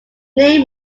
name